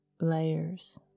layers